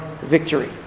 victory